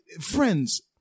Friends